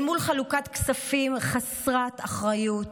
אל מול חלוקת כספים חסרת אחריות,